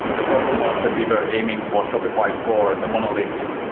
the problem was that we were aiming for shopify core, the monolithic,